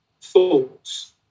thoughts